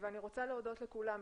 אני רוצה להודות לכולם,